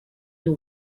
you